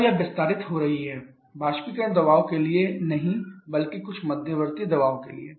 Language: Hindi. तब यह विस्तारित हो रही है वाष्पीकरण दबाव के लिए नहीं बल्कि कुछ मध्यवर्ती दबाव के लिए